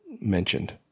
mentioned